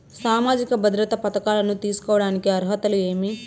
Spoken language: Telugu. సామాజిక భద్రత పథకాలను తీసుకోడానికి అర్హతలు ఏమి?